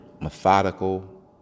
methodical